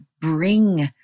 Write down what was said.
bring